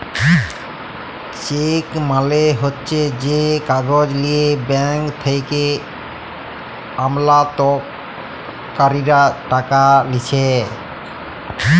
check মালে হচ্যে যে কাগজ লিয়ে ব্যাঙ্ক থেক্যে আমালতকারীরা টাকা লিছে